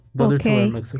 Okay